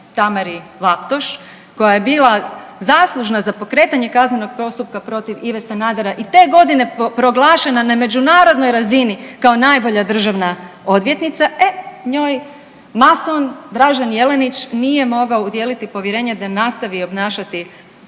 Tamari Laptoš koja je bila zaslužna za pokretanje kaznenog postupka protiv Ive Sanadera i te godine proglašena na međunarodnoj razini kao najbolja državna odvjetnica, e njoj mason Dražen Jelenić nije mogao udijeliti povjerenje da nastavi obnašati